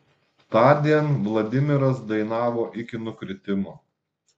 tądien vladimiras dainavo iki nukritimo